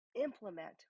implement